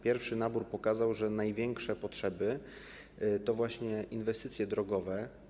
Pierwszy nabór pokazał, że największe potrzeby to właśnie inwestycje drogowe.